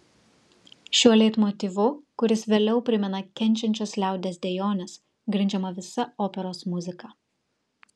šiuo leitmotyvu kuris vėliau primena kenčiančios liaudies dejones grindžiama visa operos muzika